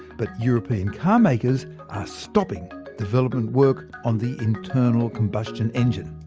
but european car makers are stopping development work on the internal combustion engine.